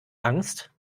angst